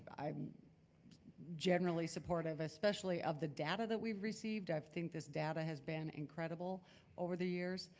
i'm generally supportive, especially of the data that we've received, i think this data has been incredible over the years.